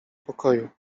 pokoju